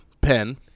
pen